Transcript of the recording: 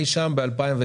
אי שם ב-2019,